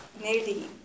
nearly